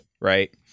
right